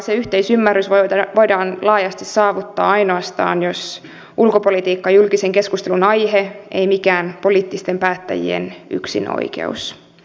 se yhteisymmärrys voidaan laajasti saavuttaa ainoastaan jos ulkopolitiikka on julkisen keskustelun aihe ei mikään poliittisten päättäjien yksinoikeus